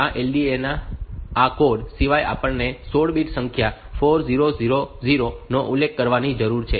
આ LDA ના આ કોડ સિવાય આપણે 16 બીટ સંખ્યા 4000 નો ઉલ્લેખ કરવાની જરૂર છે